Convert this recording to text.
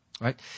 Right